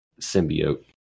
symbiote